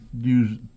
use